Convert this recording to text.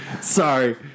Sorry